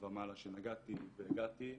ומעלה שנגעתי והגעתי,